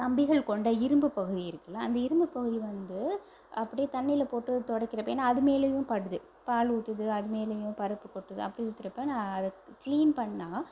கம்பிகள் கொண்ட இரும்புப் பகுதி இருக்குதுல அந்த இரும்புப் பகுதி வந்து அப்படியே தண்ணியில போட்டு துடைக்கிறப்ப ஏன்னா அது மேலேயும் படுது பால் ஊற்றுது அது மேலேயும் பருப்பு கொட்டுது அப்படி ஊத்தறப்போ நான் அதை க்ளீன் பண்ணால்